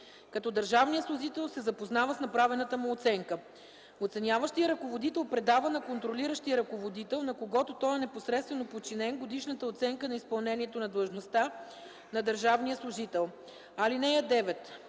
като държавният служител се запознава с направената му оценка. (8) Оценяващият ръководител предава на контролиращия ръководител, на когото той е непосредствено подчинен, годишната оценка на изпълнението на длъжността на държавния служител. (9)